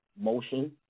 motion